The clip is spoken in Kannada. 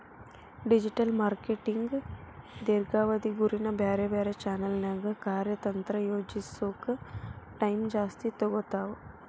ಡಿಜಿಟಲ್ ಮಾರ್ಕೆಟಿಂಗ್ ದೇರ್ಘಾವಧಿ ಗುರಿನ ಬ್ಯಾರೆ ಬ್ಯಾರೆ ಚಾನೆಲ್ನ್ಯಾಗ ಕಾರ್ಯತಂತ್ರ ಯೋಜಿಸೋಕ ಟೈಮ್ ಜಾಸ್ತಿ ತೊಗೊತಾವ